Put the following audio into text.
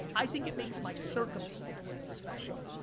i think it makes my circumstance special.